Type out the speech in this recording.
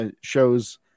shows